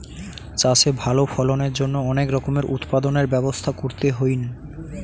চাষে ভালো ফলনের জন্য অনেক রকমের উৎপাদনের ব্যবস্থা করতে হইন